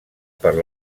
per